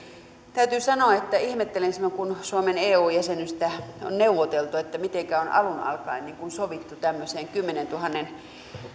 täytyy sanoa että ihmettelen mitenkä silloin kun suomen eu jäsenyyttä on neuvoteltu on alun alkaen sovittu tämmöinen kymmenentuhannen